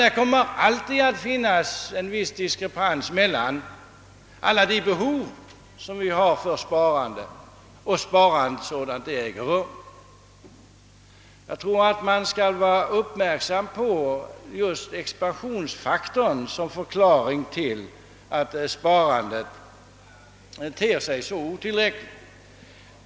Det kommer alltid att finnas en viss diskrepans mellan behovet av sparande och sparandet sådant det äger rum. Jag tror alltså att vi skall ha vår uppmärksamhet riktad på just expansionsfaktorn som förklaring till att sparandet ter sig så otillräckligt.